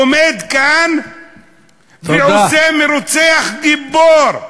עומד כאן ועושה מרוצח גיבור.